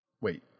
wait